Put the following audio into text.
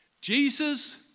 Jesus